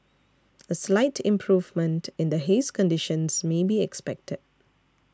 a slight improvement in the haze conditions may be expected